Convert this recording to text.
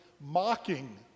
mocking